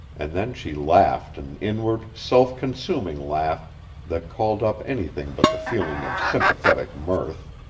and then she laughed an inward, self-consuming laugh that called up anything but the feeling of sympathetic mirth.